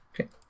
Okay